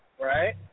right